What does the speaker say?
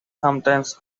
sometimes